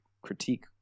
critique